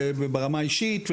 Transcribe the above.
וברמה האישית,